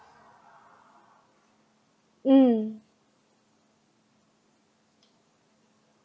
mm